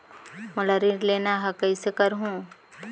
मोला ऋण लेना ह, कइसे करहुँ?